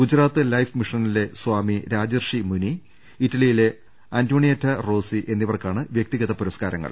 Gujarat life മിഷനിലെ സ്വാമി രാജർഷി മുനി ഇറ്റലിയിലെ Antonietta Rossi എന്നിവർക്കാണ് വൃക്തിഗത പുരസ്കാരങ്ങൾ